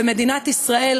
ומדינת ישראל,